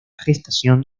gestación